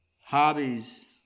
hobbies